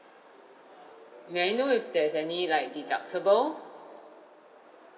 may I know if there's any like deductible